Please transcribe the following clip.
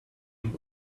one